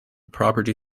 property